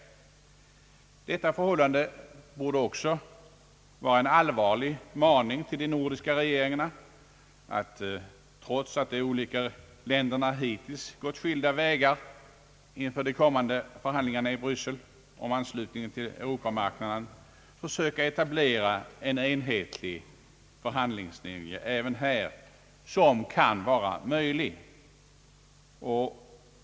Framgången tack vare den gemensamma fronten torde också vara en allvarlig maning till de nordiska regeringarna att — trots att de olika länderna hittills gått skilda vägar inför de kommande förhandlingarna i Bryssel om anslutningen till Europamarknaden — även här försöka etablera den enhetliga förhandlingslinje, som kan vara möjlig.